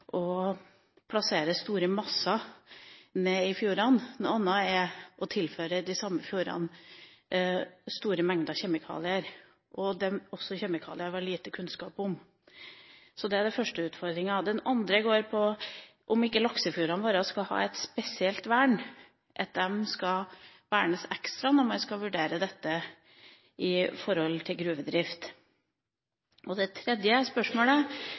å plassere store masser nede i fjordene. Noe annet er å tilføre de samme fjordene store mengder kjemikalier – også kjemikalier vi har lite kunnskap om. Det er den første utfordringa. Den andre går på om ikke laksefjordene våre skal ha et spesielt vern, at de skal vernes ekstra når man skal vurdere dette opp mot gruvedrift. Den tredje